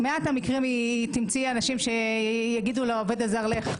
מעט המקרים שתמצאי אנשים שיגידו לעובד הזר לך.